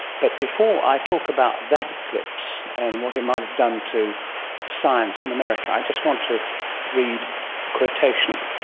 but before i talk about that eclipse and what it might have done to science in america, i just want to read a quotation.